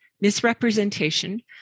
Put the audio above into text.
misrepresentation